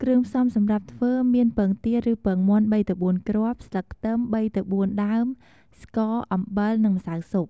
គ្រឿងផ្សំសម្រាប់ធ្វើ មាន ពងទាឬពងមាន់ ៣ទៅ៤គ្រាប់ ស្លឹកខ្ទឹម ៣ទៅ៤ដើម ស្ករ អំបិល និងម្សៅស៊ុប ។